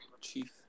Chief